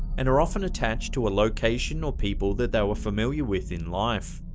and are often attached to a location or people that they were familiar with in life.